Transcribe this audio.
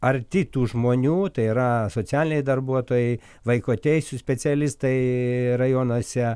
arti tų žmonių tai yra socialiniai darbuotojai vaiko teisių specialistai rajonuose